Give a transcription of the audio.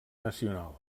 nacional